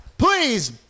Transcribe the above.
Please